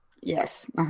Yes